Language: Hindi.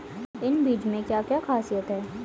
इन बीज में क्या क्या ख़ासियत है?